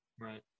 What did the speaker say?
Right